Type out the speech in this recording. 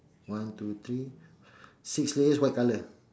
one two three six layers white colour